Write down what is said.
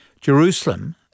Jerusalem